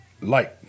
light